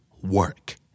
work